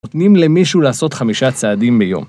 נותנים למישהו לעשות חמישה צעדים ביום.